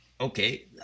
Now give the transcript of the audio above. Okay